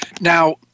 now